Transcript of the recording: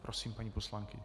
Prosím, paní poslankyně.